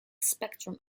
spectrum